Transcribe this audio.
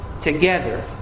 together